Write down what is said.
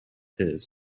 his